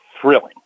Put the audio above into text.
thrilling